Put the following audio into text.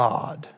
God